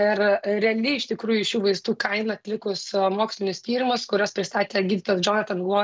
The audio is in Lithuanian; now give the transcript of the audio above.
ir realiai iš tikrųjų šių vaistų kaina atlikus mokslinius tyrimus kuriuos pristatė gydytojas džonatan vo